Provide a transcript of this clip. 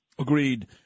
Agreed